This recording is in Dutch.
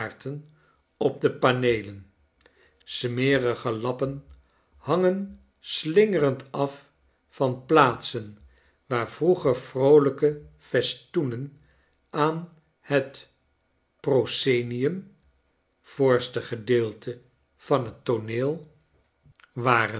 kleuren en vormenspookachtigelandkaartenopdepaneelen smerige lappen hangen slingerend af van plaatsen waar vroeger vroolijke festoenen aan het proscenium voorste gedeelte van het tooneel